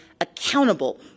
accountable